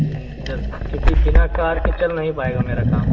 हम्म जो क्योंकि बिना कार के चल नहीं पाएगा मेरा काम